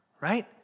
right